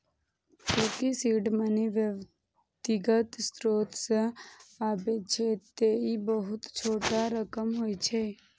चूंकि seed money व्यक्तिगत स्रोत सं आबै छै, तें ई बहुत छोट रकम होइ छै